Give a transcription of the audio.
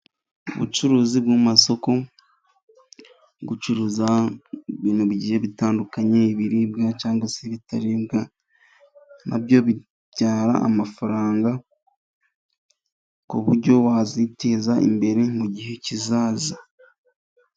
Ubucuruzi mu masoko, gucuruza ibintu bigiye bitandukanye, ibiribwa cyangwa se ibitaribwa, nabyo bitanga amafaranga ku buryo waziteza imbere mu gihe kizaza.